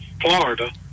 Florida